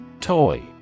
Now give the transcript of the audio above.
Toy